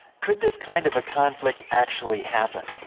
could this kind of a conflict actually happen?